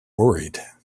worried